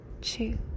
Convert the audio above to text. two